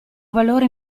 valore